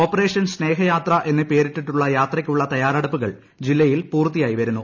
operation Sneha Yatra എന്ന് പേരിട്ടിട്ടുള്ള യാത്രയ്ക്കുള്ള തയ്യാറെടുപ്പുകൾ ജില്ലയിൽ പൂർത്തിയായി വരുന്നു